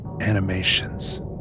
animations